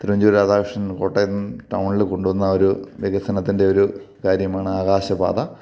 തിരുവഞ്ചൂർ രാധാകൃഷ്ണൻ കോട്ടയം ടൗണിൽ കൊണ്ടുവന്നൊരു വികസനത്തിൻ്റെ ഒരു കാര്യമാണ് ആകാശപാത